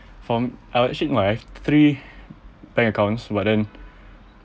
from uh I actually have three bank accounts but then